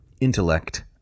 intellect